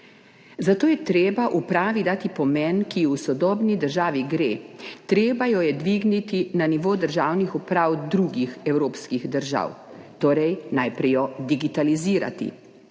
Zato je treba upravi dati pomen, ki ji v sodobni državi gre. Treba jo je dvigniti na nivo državnih uprav drugih evropskih držav, jo torej najprej digitalizirati.